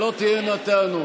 שלא תהיינה טענות.